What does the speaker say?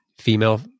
female